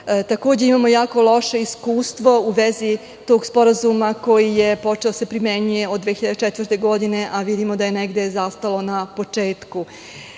takođe imamo jako loše iskustvo u vezi tog sporazuma koji je počeo da se primenjuje od 2004. godine a vidimo da je negde zastalo na početku. Prema